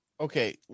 Okay